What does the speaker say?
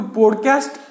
podcast